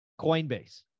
Coinbase